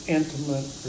intimate